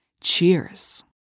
Cheers